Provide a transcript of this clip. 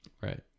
Right